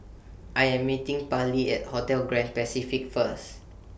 I Am meeting Pallie At Hotel Grand Pacific First